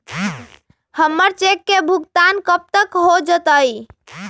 हमर चेक के भुगतान कब तक हो जतई